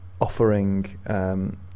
offering